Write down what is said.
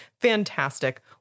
Fantastic